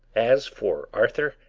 as for arthur,